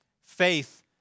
Faith